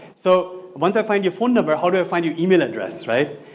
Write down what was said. so once i find your phone number, how do i find your email address right?